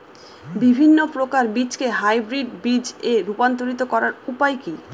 বিভিন্ন প্রকার বীজকে হাইব্রিড বীজ এ রূপান্তরিত করার উপায় কি?